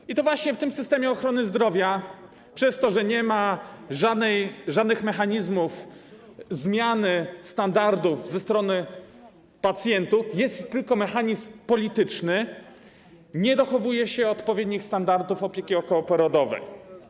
I to właśnie w tym systemie ochrony zdrowia przez to, że nie ma żadnych mechanizmów zmiany standardów ze strony pacjentów, jest tylko mechanizm polityczny, nie dochowuje się odpowiednich standardów opieki okołoporodowej.